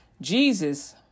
Jesus